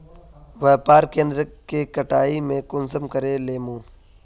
व्यापार केन्द्र के कटाई में कुंसम करे लेमु?